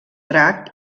drac